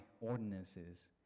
ordinances